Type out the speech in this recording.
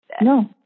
No